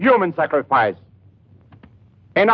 human sacrifice and